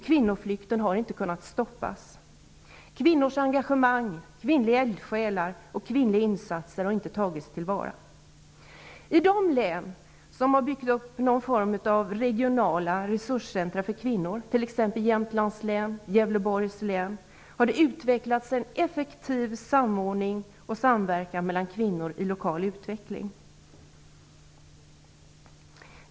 Kvinnoflykten har inte kunnat stoppas. Kvinnors engagemang, kvinnliga eldsjälar och kvinnliga insatser har inte tagits till vara. I de län som har byggt upp någon form av regionala resurscentra för kvinnor, t.ex. Jämtlands län och Gävleborgs län, har det utvecklats en effektiv samordning och samverkan mellan kvinnor i lokal utveckling.